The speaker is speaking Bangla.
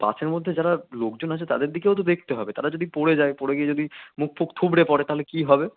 বাসের মধ্যে যারা লোকজন আছে তাদের দিকেও তো দেখতে হবে তারা যদি পড়ে যায় পড়ে গিয়ে যদি মুখ ফুখ থুবড়ে পড়ে তালে কী হবে